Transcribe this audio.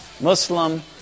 Muslim